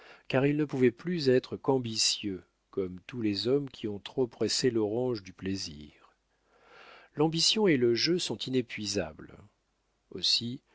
car il ne pouvait plus être qu'ambitieux comme tous les hommes qui ont trop pressé l'orange du plaisir l'ambition et le jeu sont inépuisables aussi